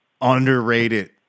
underrated